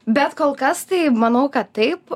bet kol kas tai manau kad taip